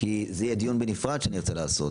כי זה יהיה דיון בנפרד שאני ארצה לעשות.